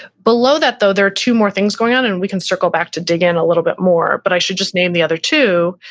below that though, there are two more things going on and we can circle back to dig in a little bit more. but i should just name the other two.